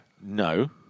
No